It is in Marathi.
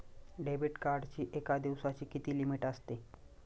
डेबिट कार्डची एका दिवसाची किती लिमिट असते?